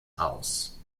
aus